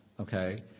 Okay